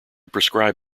prescribe